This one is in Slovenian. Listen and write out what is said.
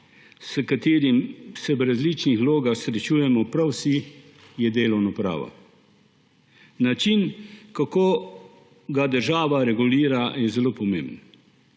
s katerim se v različnih vlogah srečujemo prav vsi, je delovno pravo. Način, kako ga država regulira, je zelo pomemben,